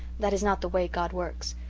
that is not the way god works.